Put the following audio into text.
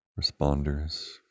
responders